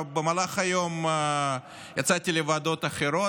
במהלך היום יצאתי לוועדות אחרות,